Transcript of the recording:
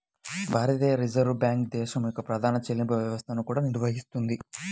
భారతీయ Reserve Bank దేశం యొక్క ప్రధాన చెల్లింపు వ్యవస్థలను కూడా నిర్వహిస్తుంది